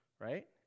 right